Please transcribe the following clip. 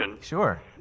Sure